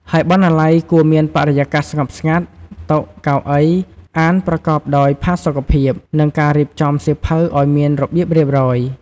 ហើយបណ្ណាល័យគួរមានបរិយាកាសស្ងប់ស្ងាត់ តុ កៅអី អានប្រកបដោយផាសុកភាព និងការរៀបចំសៀវភៅឲ្យមានរបៀបរៀបរយ។